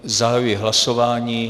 Zahajuji hlasování.